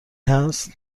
هست